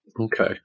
Okay